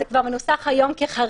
זה מנוסח כבר היום כחריג,